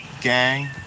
gang